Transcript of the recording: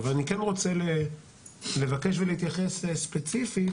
אבל אני כן רוצה לבקש ולהתייחס ספציפית